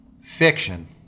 Fiction